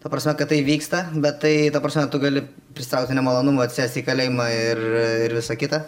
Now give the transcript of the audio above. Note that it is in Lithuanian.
ta prasme kad tai vyksta bet tai ta prasme tu gali prisikrauti nemalonumų atsisėsti į kalėjimą ir ir visa kita